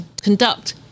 conduct